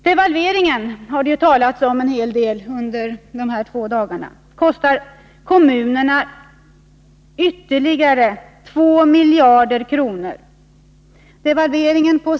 Devalveringen på 16 70 har det talats om en hel del under den här debatten.